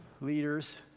leaders